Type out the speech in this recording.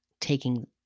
taking